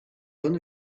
only